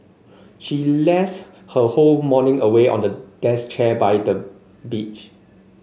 she lazed her whole morning away on a desk chair by the beach